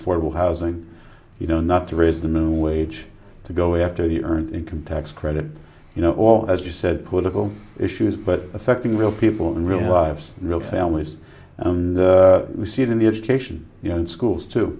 what will housing you know not to raise the minimum wage to go after the earned income tax credit you know all as you said political issues but affecting real people and real lives real families and you see it in the education you know schools to